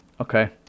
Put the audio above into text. Okay